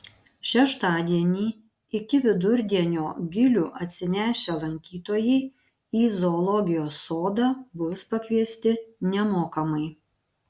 šeštadienį iki vidurdienio gilių atsinešę lankytojai į zoologijos sodą bus pakviesti nemokamai